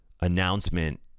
announcement